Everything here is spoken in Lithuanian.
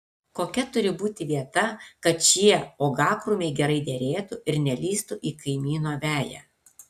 kokia turi būti vieta kad šie uogakrūmiai gerai derėtų ir nelįstų į kaimyno veją